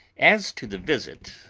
as to the visit.